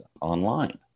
online